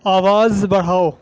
آواز بڑھاؤ